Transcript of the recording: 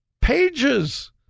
Pages